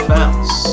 Bounce